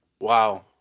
wow